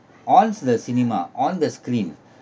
on the cinema on the screen